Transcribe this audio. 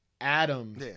Adam